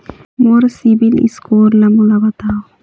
मोर CIBIL score ला मोला बताव?